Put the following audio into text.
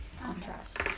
Contrast